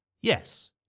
Yes